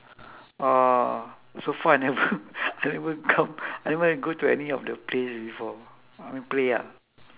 uh so far I never I never come I never go to any of the plays before I mean play ah